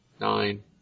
nine